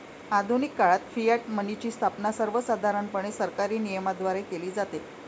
आधुनिक काळात फियाट मनीची स्थापना सर्वसाधारणपणे सरकारी नियमनाद्वारे केली जाते